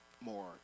more